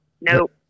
Nope